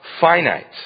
finite